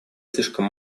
слишком